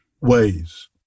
ways